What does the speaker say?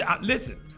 listen